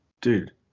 dude